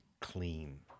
clean